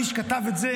מי שכתב את זה,